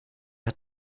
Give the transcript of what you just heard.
hat